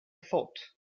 thought